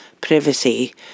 privacy